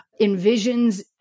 envisions